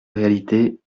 réalité